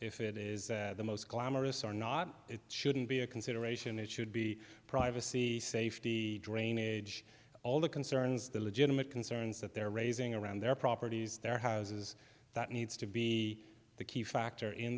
if it is the most glamorous or not it shouldn't be a consideration it should be privacy safety drainage all the concerns the legitimate concerns that they're raising around their properties their houses that needs to be the key factor in